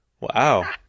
Wow